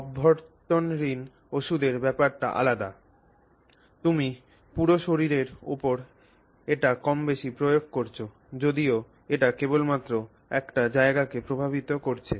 অভ্যন্তরীণ ওষুধের ব্যাপারটা আলাদা তুমি পুরো শরীরের উপর এটি কম বেশি প্রয়োগ করছ যদিও এটি কেবলমাত্র একটি জায়গাকে প্রভাবিত করছে